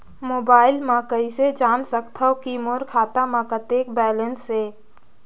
Mobile म कइसे जान सकथव कि मोर खाता म कतेक बैलेंस से?